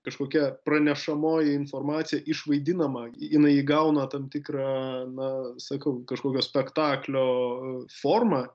kažkokia pranešamoji informacija išvaidinama jinai įgauna tam tikrą na sakau kažkokio spektaklio formą